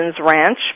ranch